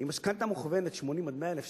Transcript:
עם משכנתה מוכוונת 80,000 עד 100,000 שקל,